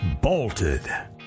bolted